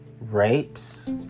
rapes